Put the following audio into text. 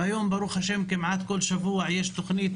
היום, ברוך השם, כמעט כל שבוע יש תוכנית